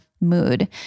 mood